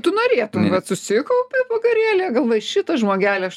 tu norėtum vat susikaupi vakarėly galvoji šitą žmogelį aš